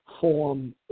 form